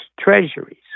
treasuries